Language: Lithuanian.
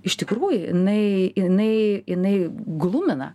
iš tikrųjų jinai jinai jinai glumina